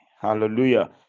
hallelujah